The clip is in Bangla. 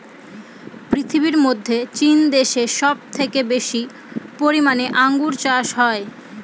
পৃথিবীর মধ্যে চীন দেশে সব থেকে বেশি পরিমানে আঙ্গুর চাষ হয়